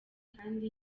kandi